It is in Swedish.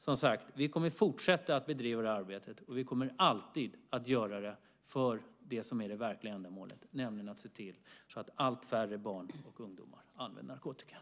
Som sagt: Vi kommer att fortsätta bedriva det här arbetet, och vi kommer alltid att göra det för det som är det verkliga ändamålet, nämligen att se till att allt färre barn och ungdomar använder narkotika.